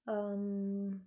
um